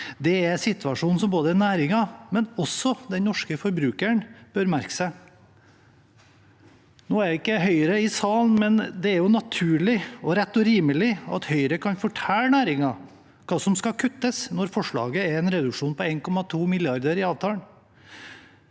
Det er en situasjon som både næringen og den norske forbrukeren bør merke seg. Nå er ikke Høyre i salen, men det er jo naturlig og rett og rimelig at Høyre kan fortelle næringen hva som skal kuttes, siden deres forslag innebærer en reduksjon på 1,2 mrd.